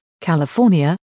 California